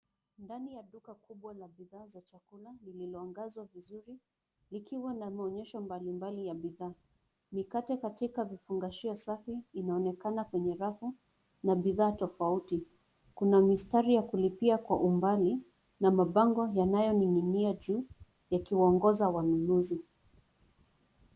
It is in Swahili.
Ndani ya duka kubwa la bidhaa za chakula lililoangazwa vizuri, likiwa na maonyesho mbalimbali ya bidhaa. Mikate katika vifungashio safi, inaonekana kwenye rafu, na bidhaa tofauti. Kuna mistari ya kulipia kwa umbali, na mabango yanayoning'inia juu, yakiwaongoza wanunuzi.